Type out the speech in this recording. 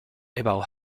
about